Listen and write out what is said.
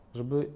żeby